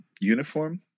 uniform